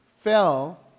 fell